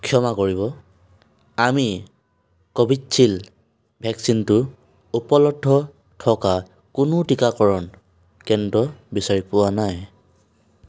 ক্ষমা কৰিব আমি কোভিশ্বিল্ড ভেকচিনটো উপলব্ধ থকা কোনো টীকাকৰণ কেন্দ্ৰ বিচাৰি পোৱা নাই